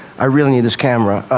i really need this camera.